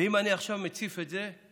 ואם אני עכשיו מציף את זה,